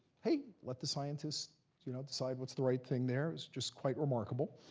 hey, let the scientists you know decide what's the right thing there. it was just quite remarkable.